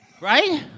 right